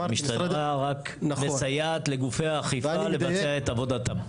המשטרה רק מסייעת לגופי האכיפה לבצע את עבודתם.